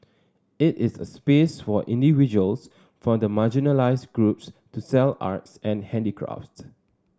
it is a space for individuals from the marginalised groups to sell arts and handicrafts